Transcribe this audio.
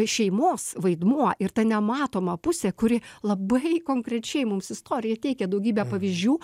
šeimos vaidmuo ir ta nematoma pusė kuri labai konkrečiai mums istorija teikia daugybę pavyzdžių